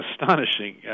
astonishing